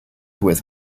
with